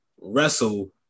wrestle